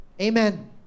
Amen